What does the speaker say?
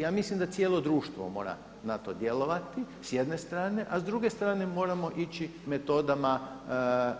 Ja mislim da cijelo društvo mora na to djelovati sa jedne strane, a s druge strane moramo ići metodama